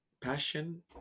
passion